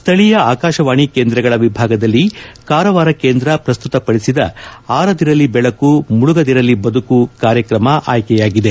ಸ್ಥಳೀಯ ಆಕಾಶವಾಣಿ ಕೇಂದ್ರಗಳ ವಿಭಾಗದಲ್ಲಿ ಕಾರವಾರ ಕೇಂದ್ರ ಪ್ರಸ್ತುತ ಪಡಿಸಿದ ಆರದಿರಲಿ ಬೆಳಕು ಮುಳುಗದಿರಲಿ ಬದುಕು ಕಾರ್ಯಕ್ರಮ ಆಯ್ಕೆಯಾಗಿದೆ